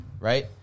right